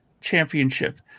championship